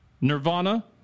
Nirvana